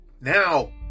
now